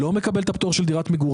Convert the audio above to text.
בדירה שנייה, בכל מקרה, אף פעם לא מקבלים.